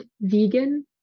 vegan